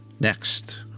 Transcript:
Next